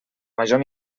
major